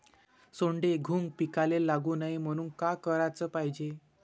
सोंडे, घुंग पिकाले लागू नये म्हनून का कराच पायजे?